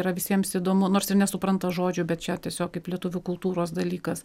yra visiems įdomu nors ir nesupranta žodžių bet čia tiesiog kaip lietuvių kultūros dalykas